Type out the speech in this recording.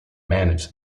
manage